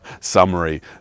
summary